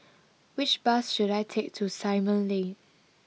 which bus should I take to Simon Lane